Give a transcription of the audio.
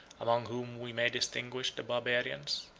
among whom we may distinguish the barbarians,